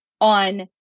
on